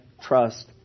trust